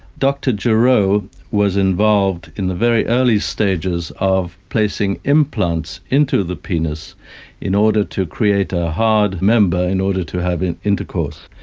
dr gerow was involved in the very early stages of placing implants into the penis in order to create a hard member in order to have intercourse.